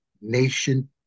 nation